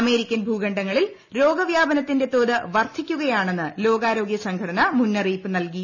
American ഭൂഖണ്ഡങ്ങളിൽ രോഗവ്യാപനത്തിന്റെ തോത് വർദ്ധിക്കുകയാണെന്ന് ലോകാരോഗ്യ സംഘടന മുന്നറിയിപ്പ് നൽകി